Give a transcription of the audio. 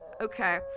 Okay